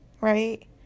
right